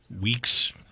weeks